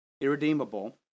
Irredeemable